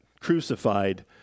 crucified